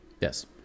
Yes